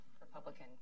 Republican